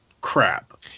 crap